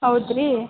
ಹೌದು ರೀ